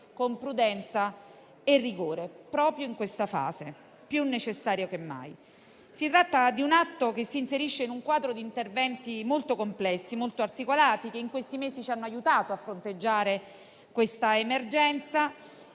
con prudenza e rigore, proprio in questa fase più necessaria che mai. Si tratta di un atto che si inserisce in un quadro di interventi molto complessi e articolati, che negli ultimi mesi ci hanno aiutato a fronteggiare l'emergenza